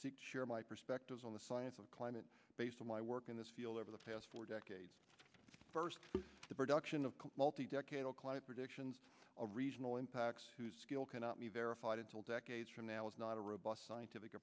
seek share my perspectives on the science of climate based on my work in this field over the past four decades first the production of multi decadal climate predictions a regional impact scale cannot be verified until decades from now is not a robust scientific